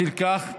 בשל כך,